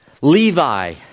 Levi